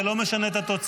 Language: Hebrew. זה לא משנה את התוצאה,